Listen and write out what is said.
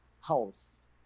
house